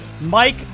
Mike